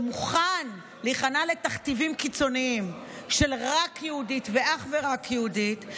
שמוכן להיכנע לתכתיבים קיצוניים של "רק יהודית ואך ורק יהודית",